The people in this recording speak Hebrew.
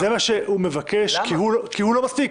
זה מה שהוא מבקש כי הוא לא מספיק.